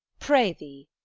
pray thee,